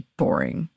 boring